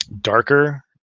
darker